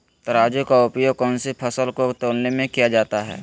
तराजू का उपयोग कौन सी फसल को तौलने में किया जाता है?